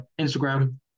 Instagram